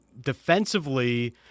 defensively